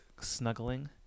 snuggling